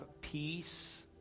peace